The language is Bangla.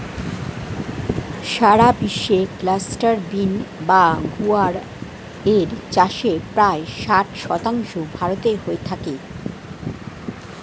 সারা বিশ্বে ক্লাস্টার বিন বা গুয়ার এর চাষের প্রায় ষাট শতাংশ ভারতে হয়ে থাকে